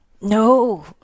no